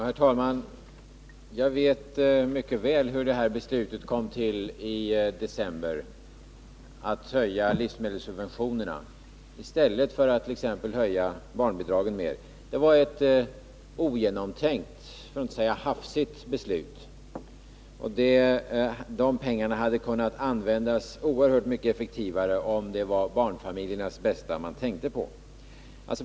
Herr talman! Jag vet mycket väl hur beslutet kom till i december om att höja livsmedelssubventionerna i stället för att höja t.ex. barnbidragen. Det var ett ogenomtänkt, för att inte säga hafsigt beslut. De pengarna hade kunnat användas oerhört mycket effektivare, om det verkligen var barnfamiljernas bästa man tänkte på.